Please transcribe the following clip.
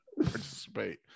participate